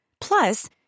Plus